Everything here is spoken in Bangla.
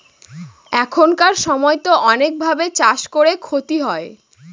এখানকার সময়তো অনেক ভাবে চাষ করে ক্ষতি হয়